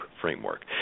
framework